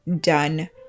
done